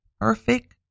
perfect